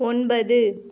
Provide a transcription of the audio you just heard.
ஒன்பது